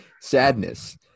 sadness